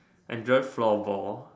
I enjoy floor ball